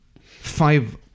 five